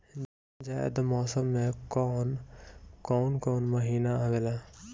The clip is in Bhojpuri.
जायद मौसम में कौन कउन कउन महीना आवेला?